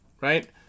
Right